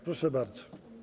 Proszę bardzo.